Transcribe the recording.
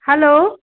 hello